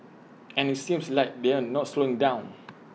and IT seems like they're not slowing down